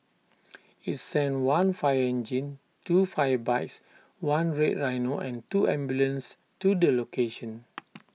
IT sent one fire engine two fire bikes one red rhino and two ambulances to the location